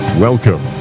Welcome